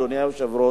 אדוני היושב-ראש,